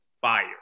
fire